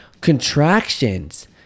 contractions